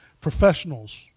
professionals